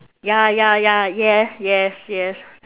ya ya ya yes yes yes